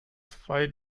zwei